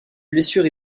blessure